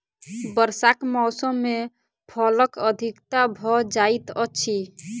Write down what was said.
वर्षाक मौसम मे फलक अधिकता भ जाइत अछि